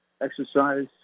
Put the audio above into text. exercise